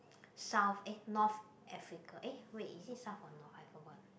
South eh North Africa eh wait is it South or North I don't know